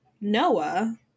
Noah